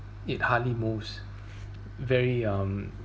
it hardly moves very um